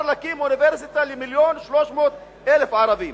להקים אוניברסיטה למיליון ו-300,000 ערבים?